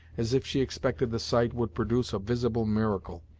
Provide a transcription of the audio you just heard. as if she expected the sight would produce a visible miracle,